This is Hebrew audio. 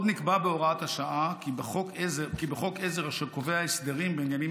עוד נקבע בהוראת השעה כי בחוק עזר אשר קובע הסדרים בעניינים